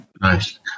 Nice